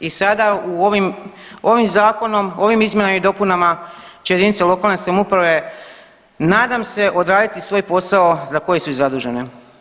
I sada ovim zakonom ovim izmjenama i dopunama će jedinice lokalne samouprave nadam se odraditi svoj posao za koje su i zadužene.